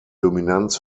dominanz